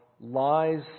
lies